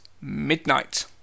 Midnight